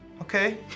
Okay